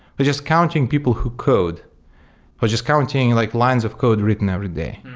but just counting people who code or just counting like lines of code written every day.